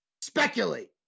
Speculate